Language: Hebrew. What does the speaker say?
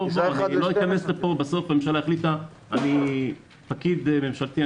בסוף אני פקיד ממשלתי.